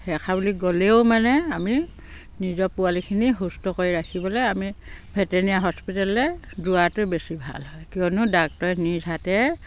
সেইষাৰ বুলি গ'লেও মানে আমি নিজৰ পোৱালিখিনি সুস্থ কৰি ৰাখিবলৈ আমি ভেটেনীয়া হস্পিটাললৈ যোৱাটোৱে বেছি ভাল হয় কিয়নো ডাক্টৰে নিজ হাতে